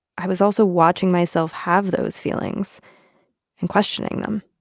i was also watching myself have those feelings and questioning them